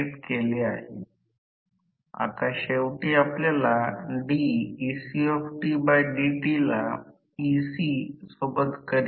परंतु आता रोटर त्याच दिशेने किंवा चुंबकीय क्षेत्राच्या दिशेने फिरवित आहे